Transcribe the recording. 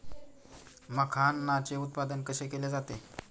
मखाणाचे उत्पादन कसे केले जाते?